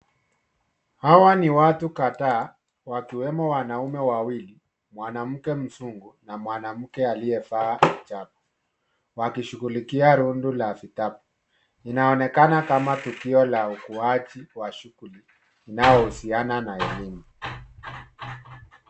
Hawa ni watu kadhaa wakiwemo wanaume wawili, mwanamke mzungu na mwanamke aliyevaa hijabu wakishughulikia rundo la vitabu. Inaonekana kama tukio la ukuaji wa shughuli inayohusiana na elimu.